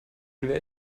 werde